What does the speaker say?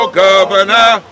governor